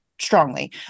strongly